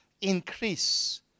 increase